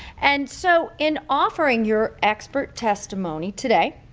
and so in offering your expert testimony today,